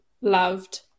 loved